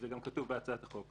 וזה גם כתוב בהצעת החוק.